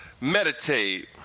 Meditate